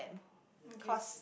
cause